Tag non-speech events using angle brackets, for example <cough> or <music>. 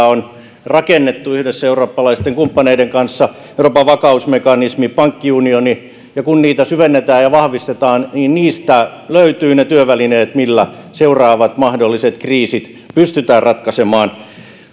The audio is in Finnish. <unintelligible> on rakennettu yhdessä eurooppalaisten kumppaneiden kanssa euroopan vakausmekanismi pankkiunioni syvennetään ja vahvistetaan niin niistä löytyvät ne työvälineet joilla seuraavat mahdolliset kriisit pystytään ratkaisemaan